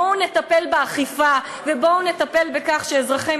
בואו נטפל באכיפה ובואו נטפל בכך שאזרחי